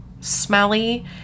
smelly